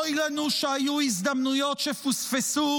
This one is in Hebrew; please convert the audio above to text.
אוי לנו שהיו הזדמנויות שפוספסו,